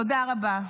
תודה רבה.